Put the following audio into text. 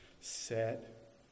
Set